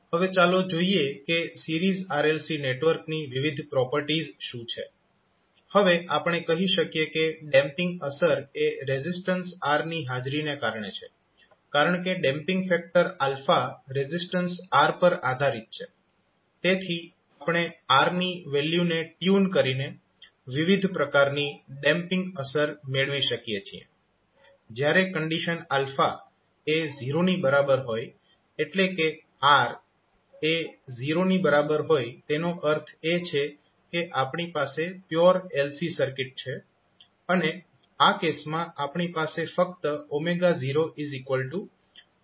હવે ચાલો જોઈએ કે સિરીઝ RLC નેટવર્ક ની વિવિધ પ્રોપર્ટીઝ શું છે હવે આપણે કહી શકીએ કે ડેમ્પીંગ અસર એ રેઝિસ્ટન્સ R ની હાજરીને કારણે છે કારણ કે ડેમ્પીંગ ફેક્ટર રેઝિસ્ટન્સ R પર આધારીત છે તેથી આપણે R ની વેલ્યુને ટ્યુન કરીને વિવિધ પ્રકારની ડેમ્પીંગ અસર મેળવી શકીએ છીએ જ્યારે કંડીશન એ 0 ની બરાબર હોય એટલે કે R એ 0 ની બરાબર હોય તેનો અર્થ એ છે કે આપણી પાસે પ્યોર LC સર્કિટ છે અને આ કેસમાં આપણી પાસે ફક્ત 01LC હશે